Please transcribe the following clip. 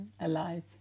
alive